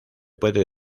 puede